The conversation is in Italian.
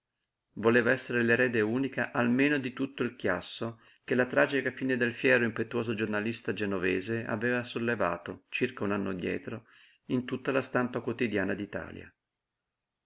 voleva esser l'erede unica almeno di tutto il chiasso che la tragica fine del fiero e impetuoso giornalista genovese aveva sollevato circa un anno addietro in tutta la stampa quotidiana d'italia